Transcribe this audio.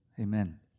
Amen